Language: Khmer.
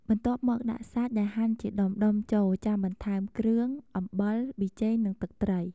បន្ទាប់មកដាក់សាច់ដែលហាន់ជាដុំៗចូល ចាំបន្ថែមគ្រឿង អំបិល ប៑ីចេង និងទឹកត្រី។